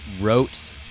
wrote